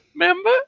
Remember